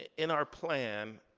in our plan,